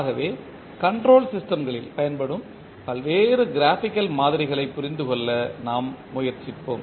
ஆகவே கன்ட்ரோல் சிஸ்டம்களில் பயன்படும் பல்வேறு க்ராபிக்கல் மாதிரிகளை புரிந்து கொள்ள நாம் முயற்சிப்போம்